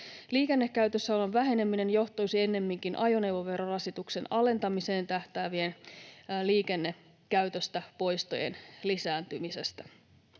Liikennekäytössäolon väheneminen johtuisi ennemminkin ajoneuvoverorasituksen alentamiseen tähtäävien liikennekäytöstäpoistojen lisääntymisestä.